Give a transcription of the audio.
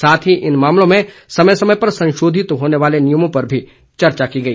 साथ ही इन मामलों में समय समय पर संशोधित होने वाले नियमों पर भी चर्चा की गई